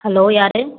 hello யார்